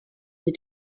mit